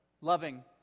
Loving